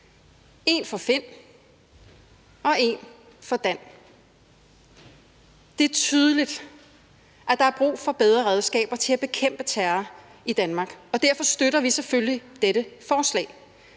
en for Finn og en for Dan. Det er tydeligt, at der er brug for bedre redskaber til at bekæmpe terror i Danmark, og derfor støtter vi selvfølgelig dette forslag.